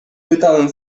pytałem